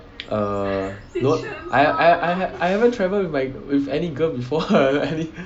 err no I I I haven't I haven't traveled with my with any girl before